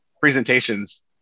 presentations